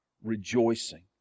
Rejoicing